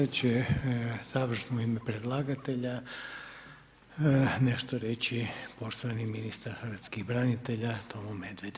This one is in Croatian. Sada će završno u ime predlagatelja nešto reći poštovani ministar hrvatskih branitelja Tomo Medved.